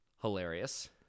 Hilarious